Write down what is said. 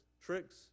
tricks